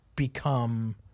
become